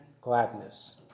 gladness